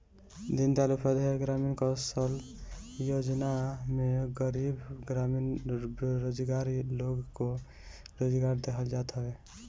दीनदयाल उपाध्याय ग्रामीण कौशल्य योजना में गरीब ग्रामीण बेरोजगार लोग को रोजगार देहल जात हवे